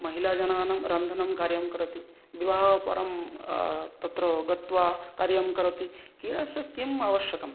महिलजनानां क्रन्दन्ं कार्यं करोति विवाहात्परं तत्र गत्वा कार्यं करोति क्रीडासु किम् अवश्यकं